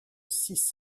six